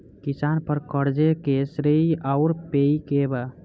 किसान पर क़र्ज़े के श्रेइ आउर पेई के बा?